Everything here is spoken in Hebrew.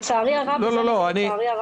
לצערי הרב חסרים נתונים,